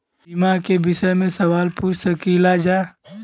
बीमा के विषय मे सवाल पूछ सकीलाजा?